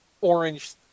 orange